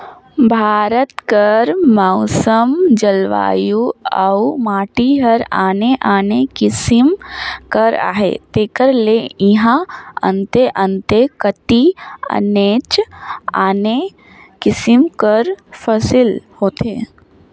भारत कर मउसम, जलवायु अउ माटी हर आने आने किसिम कर अहे तेकर ले इहां अन्ते अन्ते कती आनेच आने किसिम कर फसिल होथे